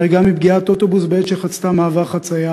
נהרגה מפגיעת אוטובוס בעת שחצתה במעבר חציה